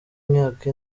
imyaka